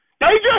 dangerous